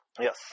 Yes